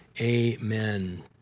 amen